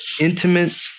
intimate